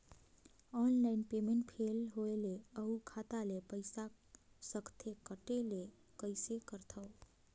Online payment fail होय ले अउ खाता ले पईसा सकथे कटे ले कइसे करथव?